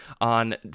on